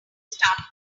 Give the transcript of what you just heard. start